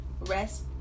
rest